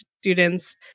students